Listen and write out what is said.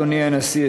אדוני הנשיא,